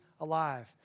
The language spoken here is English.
alive